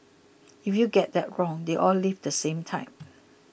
if you get that wrong they all leave at the same time